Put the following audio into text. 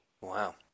Wow